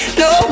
no